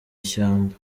ishyamba